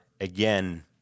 again